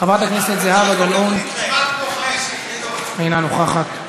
חברת הכנסת זהבה גלאון, אינה נוכחת.